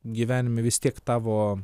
gyvenime vis tiek tavo